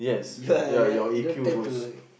yeah you are you don't tend to